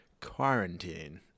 quarantine